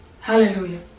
Hallelujah